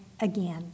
again